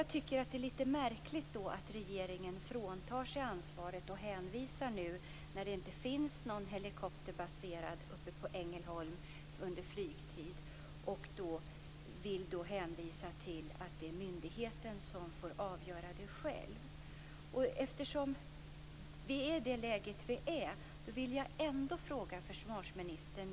Jag tycker att det är lite märkligt att regeringen fråntar sig ansvaret och att man nu när det inte finns någon helikopter baserad i Ängelholm under flygtid hänvisar till att det är myndigheten som får avgöra det här själv. Eftersom vi är i det här läget vill jag ändå ställa en fråga till försvarsministern.